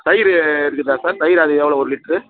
தயிர் எப்படி ச சார் தயிர் அது எவ்வளோ ஒரு லிட்ரு